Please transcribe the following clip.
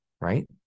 right